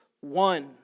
one